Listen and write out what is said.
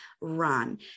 run